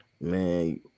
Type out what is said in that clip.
Man